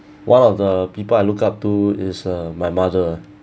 one of the people I look up to is uh my mother